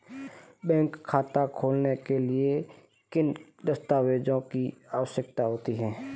Bank खाता खोलने के लिए किन दस्तावेज़ों की आवश्यकता होती है?